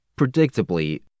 predictably